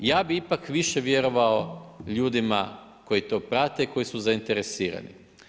Ja bih ipak više vjerovao ljudima koji to prate i koji su zaineresirani.